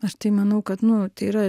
aš tai manau kad nu tai yra